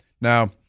Now